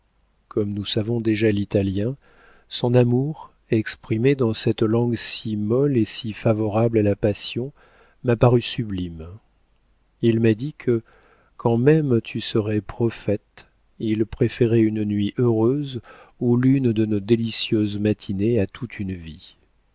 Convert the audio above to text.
comme nous savons déjà l'italien son amour exprimé dans cette langue si molle et si favorable à la passion m'a paru sublime il m'a dit que quand même tu serais prophète il préférait une nuit heureuse ou l'une de nos délicieuses matinées à toute une vie